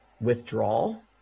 withdrawal